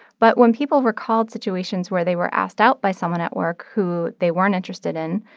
but when people recalled situations where they were asked out by someone at work who they weren't interested in,